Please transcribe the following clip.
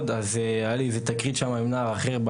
אז היתה לי איזו תקרית עם נער אחר,